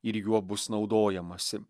ir juo bus naudojamasi